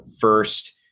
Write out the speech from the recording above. first